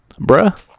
bruh